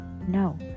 no